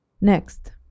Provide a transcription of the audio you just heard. Next